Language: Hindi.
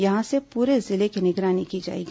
यहां से पूरे जिले की निगरानी की जाएगी